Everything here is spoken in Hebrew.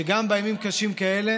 שגם בימים קשים כאלה